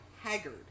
Haggard